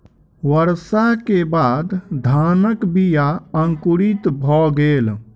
वर्षा के बाद धानक बीया अंकुरित भअ गेल